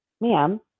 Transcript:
ma'am